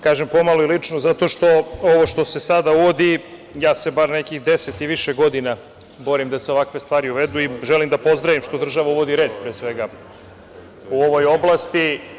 Kažem, pomalo i lično zato što ovo što se sada uvodi, ja se bar nekih 10 i više godina borim da se ovakve stvari uvedu i želim da pozdravim što država uvodi red, pre svega u ovoj oblasti.